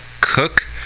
cook